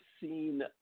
seen